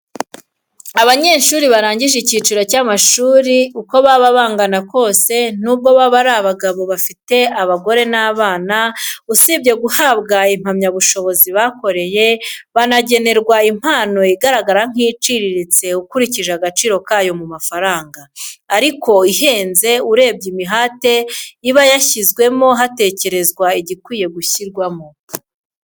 Abanyeshuri barangije icyiciro cy'amashuri, uko baba bangana kose, n'ubwo baba ari abagabo bafite abagore n'abana, usibye guhabwa impamyabushobozi bakoreye, banagenerwa impano igaragara nk'iciriritse ukurikije agaciro ka yo mu mafaranga, ariko ihenze urebye imihati iba yashyizweho hatekerezwa igikwiye gushyirwamo.